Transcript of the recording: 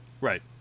Right